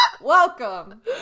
Welcome